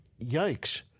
yikes